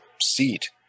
seat